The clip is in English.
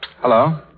Hello